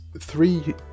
three